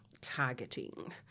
targeting